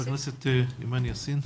חברת הכנסת אימאן יאסין.